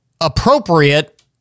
appropriate